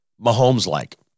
Mahomes-like